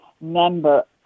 member